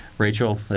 Rachel